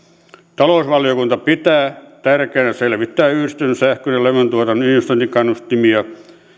talousvaliokunta pitää tärkeänä selvittää yhdistetyn sähkön ja lämmöntuotannon investointikannustimia